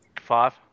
Five